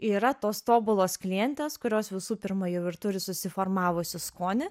yra tos tobulos klientės kurios visų pirma jau ir turi susiformavusį skonį